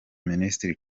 minisitiri